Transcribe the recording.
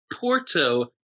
Porto